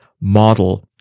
model